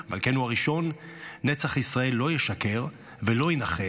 מלכנו הראשון: "נצח ישראל לא ישקר ולא ינחם,